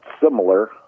similar